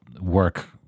work